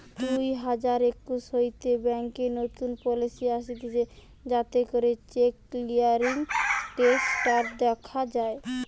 দুই হাজার একুশ হইতে ব্যাংকে নতুন পলিসি আসতিছে যাতে করে চেক ক্লিয়ারিং স্টেটাস দখা যায়